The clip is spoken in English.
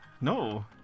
No